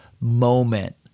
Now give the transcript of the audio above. moment